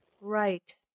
Right